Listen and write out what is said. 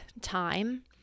time